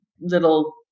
little